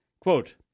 Quote